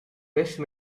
beste